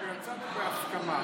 ויצאנו בהסכמה.